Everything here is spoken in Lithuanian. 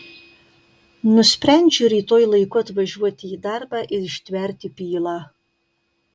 nusprendžiu rytoj laiku atvažiuoti į darbą ir ištverti pylą